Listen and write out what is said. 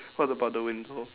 what about the window